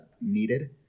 needed